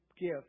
give